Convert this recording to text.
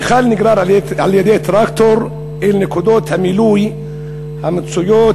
המכל נגרר על-ידי טרקטור אל נקודות המילוי המצויות